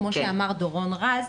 כמו שאמר דורון רז,